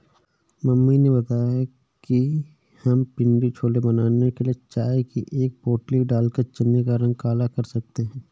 mummy ने बताया कि हम पिण्डी छोले बनाने के लिए चाय की एक पोटली डालकर चने का रंग काला कर सकते हैं